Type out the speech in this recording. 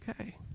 Okay